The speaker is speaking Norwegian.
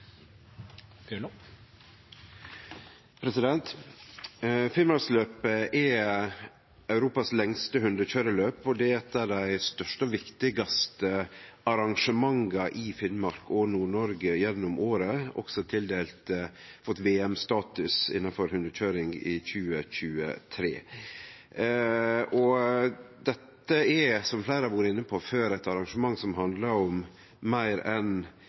eit av dei største og viktigaste arrangementa i Finnmark og Nord-Noreg gjennom året. Det har også fått VM-status innanfor hundekøyring i 2023. Dette er, som fleire har vore inne på før, eit arrangement som handlar om meir enn